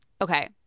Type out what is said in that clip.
okay